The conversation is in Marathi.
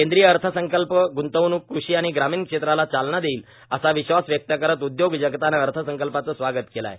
केंद्रीय अर्थसंकल्प ग्ंतवणूक कृषी आणि ग्रामीण क्षेत्राला चालना देईल असा विश्वास व्यक्त करत उद्योग जगतानं अर्थसंकल्पाचं स्वागत केलं आहे